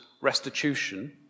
restitution